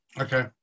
Okay